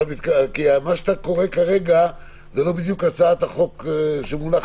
מה שאתה קורא כרגע זה לא בדיוק הצעת החוק המונחת לפנינו.